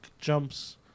jumps